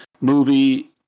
movie